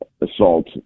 assault